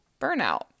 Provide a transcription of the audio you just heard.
burnout